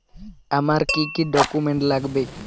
আমার কি কি ডকুমেন্ট লাগবে?